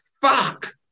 fuck